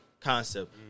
concept